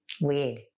Weird